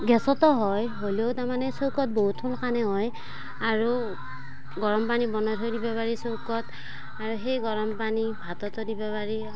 গেছটো হয় হ'লেও তাৰ মানে চৌকাত বহুত সোনকালে হয় আৰু গৰম পানী বনাই থৈ দিব পাৰি চৌকাত সেই গৰম পানী ভাততো দিব পাৰি